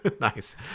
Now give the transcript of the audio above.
Nice